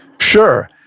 sure.